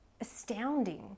astounding